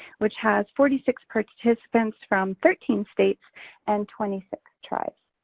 which has forty six participants from thirteen states and twenty six tribes.